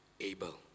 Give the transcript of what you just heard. able